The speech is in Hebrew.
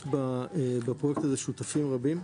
יש בפרויקט הזה שותפים רבים.